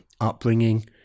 upbringing